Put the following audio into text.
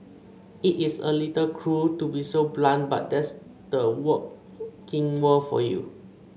it's a little cruel to be so blunt but that's the working world for you